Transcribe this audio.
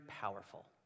powerful